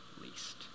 least